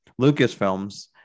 Lucasfilms